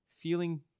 feeling